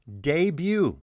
debut